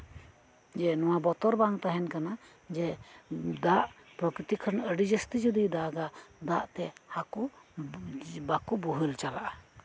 ᱡᱮ ᱤᱭᱟᱹ ᱱᱚᱣᱟ ᱵᱚᱛᱚᱨ ᱵᱟᱝ ᱛᱟᱦᱮᱱ ᱠᱟᱱᱟ ᱡᱮ ᱫᱟᱜ ᱯᱨᱚᱠᱤᱛᱤ ᱠᱷᱚᱱ ᱟᱹᱰᱤ ᱡᱟᱹᱥᱛᱤ ᱡᱚᱫᱤᱭ ᱫᱟᱜᱟ ᱫᱟᱜ ᱛᱮ ᱦᱟᱠᱳ ᱵᱟᱠᱚ ᱵᱳᱦᱮᱞ ᱪᱟᱞᱟᱜᱼᱟ